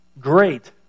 Great